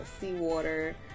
seawater